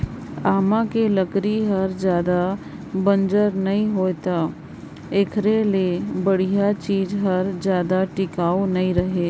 आमा के लकरी हर जादा बंजर नइ होय त एखरे ले बड़िहा चीज हर जादा टिकाऊ नइ रहें